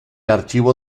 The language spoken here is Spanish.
archivo